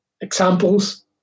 examples